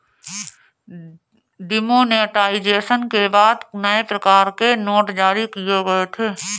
demonetisation के बाद नए प्रकार के नोट जारी किए गए थे